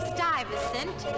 Stuyvesant